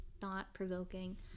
thought-provoking